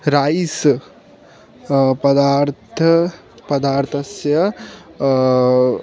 rice पदार्थः पदार्थस्य